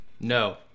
No